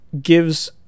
gives